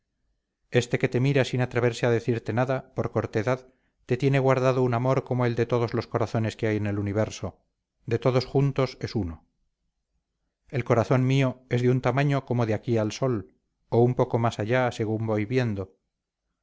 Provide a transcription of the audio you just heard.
este que te mira sin atreverse a decirte nada por cortedad te tiene guardado un amor como el de todos los corazones que hay en el universo de todos juntos en uno el corazón mío es de un tamaño como de aquí al sol o un poco más allá según voy viendo